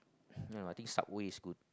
no I think Subway is good